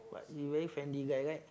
but he very friendly guy right